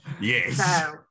Yes